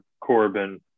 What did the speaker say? Corbin